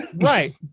Right